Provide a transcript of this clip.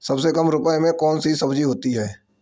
सबसे कम रुपये में कौन सी सब्जी होती है?